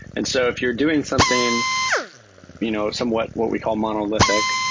and so if you're doing something you know somewhat what we call monolithic,